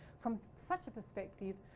from such a perspective,